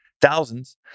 thousands